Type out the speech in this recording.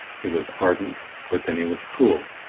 he was ardent, but then he was cool,